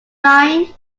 nine